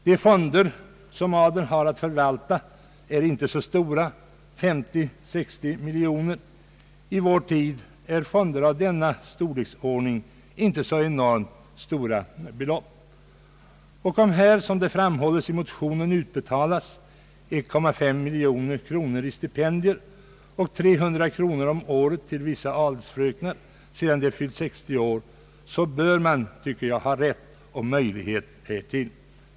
De fonder som adeln har att förvalta är inte så stora — 50—60 miljoner kronor, I vår tid är fonder av denna storleksordning inte så enormt stora. Och om här som det framhålles i motionen utbetalas 1,5 miljoner kronor i stipendier och 300 kronor om året till vissa adelsfröknar, sedan de fyllt 60 år, så bör man enligt min uppfattning ha rätt och möjlighet härtill.